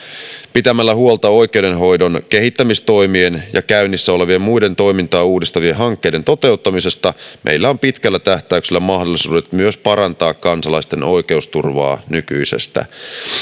pitämällä huolta oikeudenhoidon kehittämistoimien ja käynnissä olevien muiden toimintaa uudistavien hankkeiden toteuttamisesta meillä on pitkällä tähtäyksellä mahdollisuudet myös parantaa kansalaisten oikeusturvaa nykyisestä